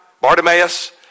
Bartimaeus